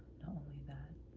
not only that,